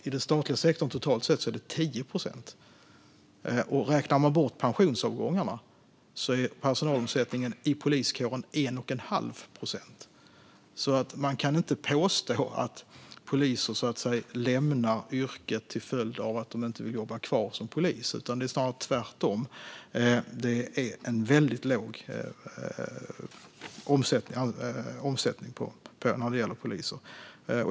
I den statliga sektorn totalt sett är den 10 procent. Räknar man bort pensionsavgångarna är personalomsättningen i poliskåren 1 1⁄2 procent. Man kan alltså inte påstå att poliser lämnar yrket till följd av att de inte vill jobba kvar som poliser. Det är snarare tvärtom. Det är en väldigt låg omsättning när det gäller poliser.